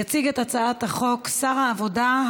יציג את הצעת החוק שר העבודה,